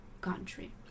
country